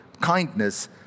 kindness